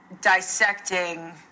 dissecting